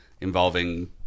involving